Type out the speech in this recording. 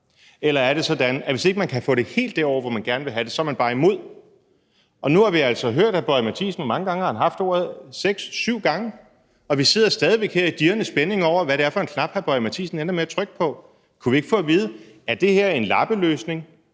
eller om det er sådan, at hvis man ikke kan få det helt derover, hvor man gerne vil have det, så er man bare imod. Og nu har vi altså hørt hr. Lars Boje Mathiesen – hvor mange gange har han haft ordet, seks eller syv gange? – og vi sidder stadig her i dirrende spænding over, hvad det er for en knap, som hr. Lars Boje Mathiesen ender med at trykke på. Kunne vi ikke få at vide: Er det her en lappeløsning,